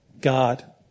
God